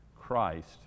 Christ